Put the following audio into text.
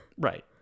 Right